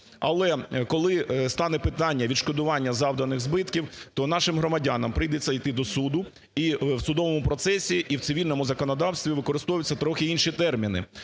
Але, коли стане питання відшкодування завданих збитків, то нашим громадянам прийдеться йти до суду і в судовому процесі, і в цивільному законодавстві використовуються трохи інші терміни.